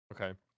okay